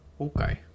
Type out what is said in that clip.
Okay